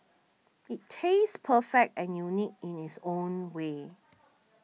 it tastes perfect and unique in its own way